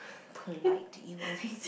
polite you are